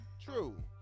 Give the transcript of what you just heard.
true